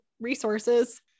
resources